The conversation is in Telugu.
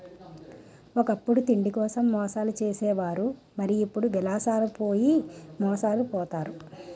ఒకప్పుడు తిండికోసం మోసాలు చేసే వారు మరి ఇప్పుడు విలాసాలకు పోయి మోసాలు పోతారు